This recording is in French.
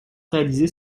réaliser